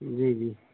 جی جی